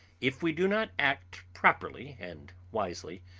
if we do not act properly and wisely,